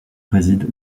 réside